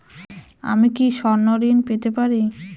আমি কি স্বর্ণ ঋণ পেতে পারি?